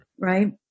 Right